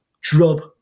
drub